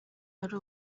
ari